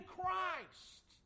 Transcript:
Christ